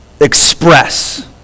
express